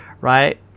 right